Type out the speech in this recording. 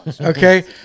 Okay